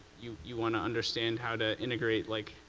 you you want to understand how to integrate, like,